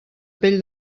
pell